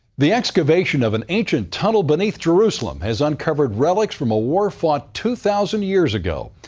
the excavation of an ancient tunnel beneath jerusalem has uncovered relics from a war fought two thousand years ago.